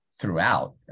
throughout